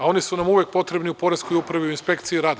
Oni su nam uvek potrebni u poreskoj upravi, u inspekciji rada.